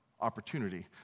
opportunity